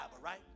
right